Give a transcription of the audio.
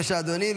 בבקשה, אדוני.